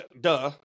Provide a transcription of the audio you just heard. Duh